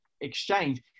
exchange